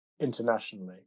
internationally